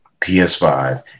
PS5